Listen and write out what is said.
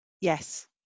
Yes